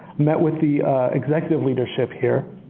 met with the executive leadership here,